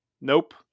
Nope